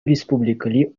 республикӑри